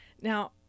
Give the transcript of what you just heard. Now